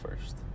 first